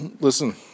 Listen